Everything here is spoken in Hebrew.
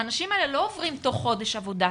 האנשים האלה לא עוברים תוך חודש עבודה.